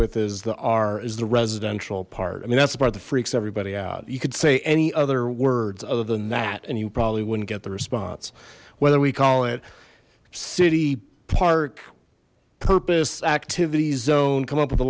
with is the are is the residential part i mean that's the part the freaks everybody out you could say any other other than that and you probably wouldn't get the response whether we call it city park purpose activity zone come up with the